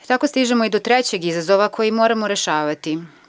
Tako stižemo i do trećeg izazova koji moramo rešavati.